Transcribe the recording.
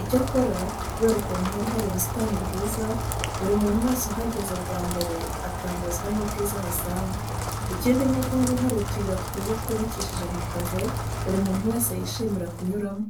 Icyakora, kubera ukuntu haba hari ubusitani bwiza, buri muntu wese uhageze bwa mbere atangazwa n'ubwiza ahasanga. Ikindi nuko haba hari utuyira twiza twubakishije amapave buri muntu wese yishimira kunyuramo.